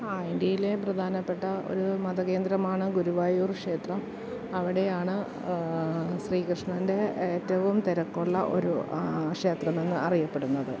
ആ ഇന്ത്യയിലെ പ്രധാനപ്പെട്ട ഒരു മതകേന്ദ്രമാണ് ഗുരുവായൂർ ക്ഷേത്രം അവിടെയാണ് ശ്രീകൃഷ്ണന്റെ ഏറ്റവും തിരക്കുള്ള ഒരു ക്ഷേത്രമെന്ന് അറിയപ്പെടുന്നത്